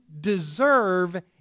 deserve